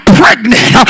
pregnant